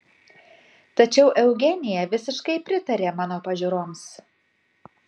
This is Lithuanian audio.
tačiau eugenija visiškai pritarė mano pažiūroms